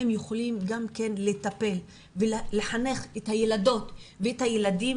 הם יכולים גם כן לטפל ולחנך את הילדות ואת הילדים